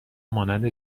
مانند